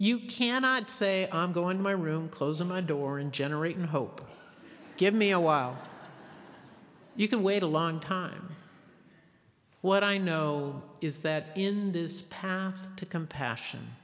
you cannot say i'm going to my room closing my door in generating hope give me a while you can wait a long time what i know is that in this path to compassion